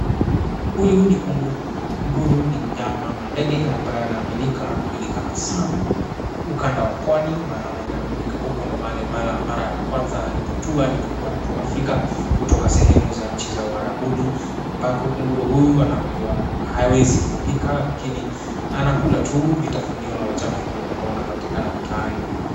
Huyu ni kunguru. Kunguru ni mnyama ama ndege anaaminika na kujulikana sana ukanda wa pwani. Maana inaaminika huko ndio mahali mara ya kwanza alipotua alipokuwa anatua Afrika, kutoka sehemu za nchi za Uarabuni. Ambapo kunguru huyu anaambiwa hawezi fugika lakini anakula tu vitafunio na uchafu ambao unapatikana mitaani.